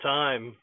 time